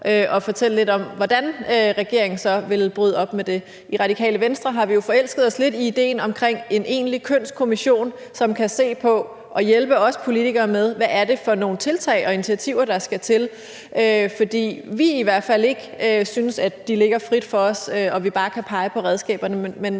at fortælle lidt om, hvordan regeringen så vil bryde det op. I Radikale Venstre har vi jo forelsket os lidt i idéen omkring en egentlig kønskommission, som kan se på og hjælpe os politikere med, hvad det er for nogle tiltag og initiativer, der skal til. Vi synes i hvert fald ikke, at de ligger frit for os, og at vi bare kan pege på redskaberne, men